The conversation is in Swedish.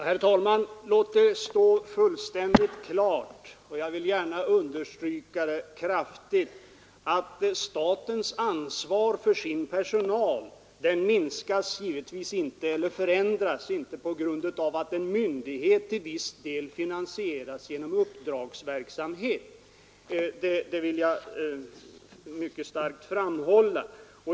Herr talman! Låt det stå fullständigt klart, detta vill jag kraftigt understryka, att statens ansvar för sin personal givetvis inte förändras på grund av att en myndighet till viss del finansieras genom uppdragsverksamhet.